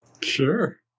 Sure